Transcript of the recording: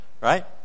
Right